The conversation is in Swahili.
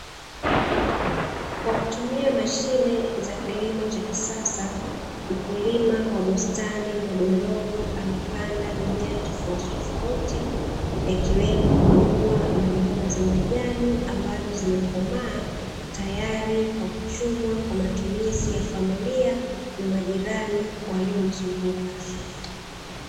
Kwa kutumia mashine za kilimo cha kisasa mkulima wa bustani ndogondogo amepanda mimea ya aina tofautitofauti yakiwemo: maua, na mboga za majani ambazo zimekomaa tayari kwa kuchumwa kwa matumizi ya familia na majirani walio mzunguka.